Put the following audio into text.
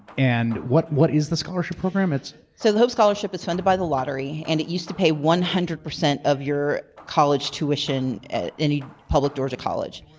and what what is the scholarship program? so the hope scholarship is funded by the lottery, and it used to pay one hundred percent of your college tuition at any public georgia college.